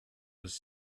was